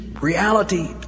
reality